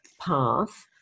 path